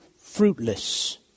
fruitless